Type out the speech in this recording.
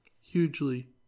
Hugely